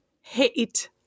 hate